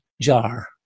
jar